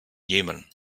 jemen